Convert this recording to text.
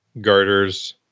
garters